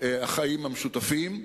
החיים המשותפים.